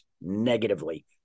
negatively